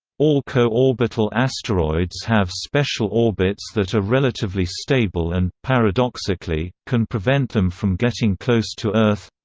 all co-orbital asteroids have special orbits that are relatively stable and, paradoxically, can prevent them from getting close to earth